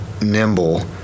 nimble